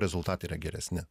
rezultatai yra geresni